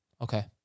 Okay